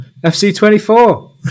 FC24